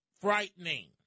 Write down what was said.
frightening